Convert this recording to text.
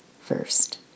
first